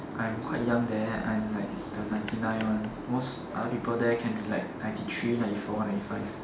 I'm quite young there I'm like the ninety nine one most other people there can be like ninety three ninety four ninety five